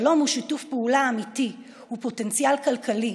שלום הוא שיתוף פעולה אמיתי, הוא פוטנציאל כלכלי,